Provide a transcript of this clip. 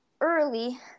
early